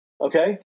Okay